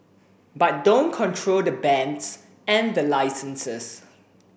but don't control the bands and the licenses